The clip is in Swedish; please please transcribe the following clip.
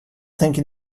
tänker